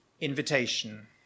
Invitation